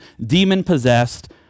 demon-possessed